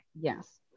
Yes